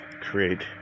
create